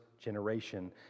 generation